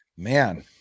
Man